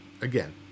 again